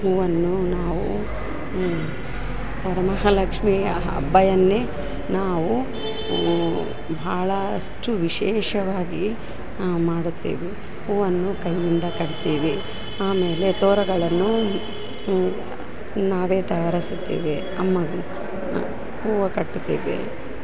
ಹೂವನ್ನು ನಾವು ವರಮಹಾಲಕ್ಷ್ಮಿಯ ಹಬ್ಬವನ್ನೆ ನಾವು ಭಾಳಷ್ಟು ವಿಶೇಷವಾಗಿ ಮಾಡುತ್ತೇವೆ ಹೂವನ್ನು ಕೈಯಿಂದ ಕಟ್ತೀವಿ ಆಮೇಲೆ ತೋರಣಗಳನ್ನು ನಾವೇ ತಯಾರಿಸುತ್ತೀವಿ ಅಮ್ಮನಿಗೆ ಹೂವು ಕಟ್ಟುತ್ತೀವಿ